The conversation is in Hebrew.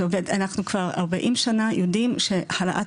אנחנו כבר ארבעים שנה יודעים שהעלאת